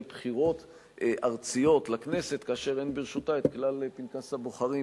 בחירות ארציות לכנסת כאשר אין ברשותה כלל פנקס הבוחרים,